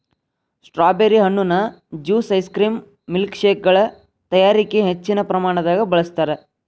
strawberry ಹಣ್ಣುನ juice ice cream ಮಿಲ್ಕ್ಶೇಕಗಳ ತಯಾರಿಕ ಹೆಚ್ಚಿನ ಪ್ರಮಾಣದಾಗ ಬಳಸ್ತಾರ್